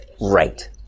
Right